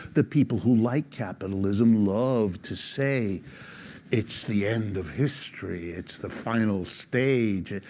the people who like capitalism love to say it's the end of history, it's the final stage.